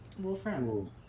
Wolfram